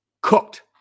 Cooked